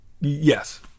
yes